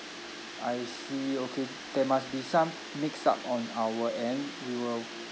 I see okay there must be some mixed up on our end we will